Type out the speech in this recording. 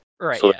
Right